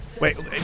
wait